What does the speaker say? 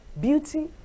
beauty